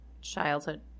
childhood